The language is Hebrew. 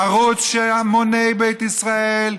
ערוץ שהמוני בית ישראל,